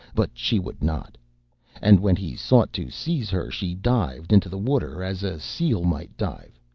but she would not and when he sought to seize her she dived into the water as a seal might dive,